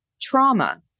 trauma